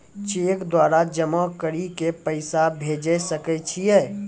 Cheque द्वारा जमा करि के पैसा भेजै सकय छियै?